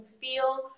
feel